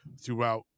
throughout